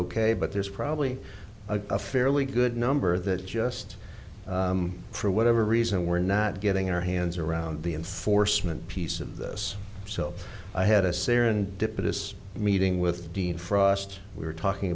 ok but there's probably a fairly good number that just for whatever reason we're not getting our hands around the enforcement piece of this so i had a serendipitous meeting with dean frost we were talking